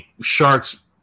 sharks